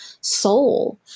soul